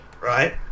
right